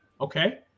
Okay